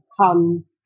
comes